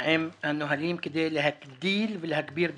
עם הנהלים כדי להגדיל ולהגביר בטיחות.